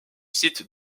site